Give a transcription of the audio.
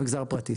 למגזר הפרטי,